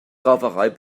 rauferei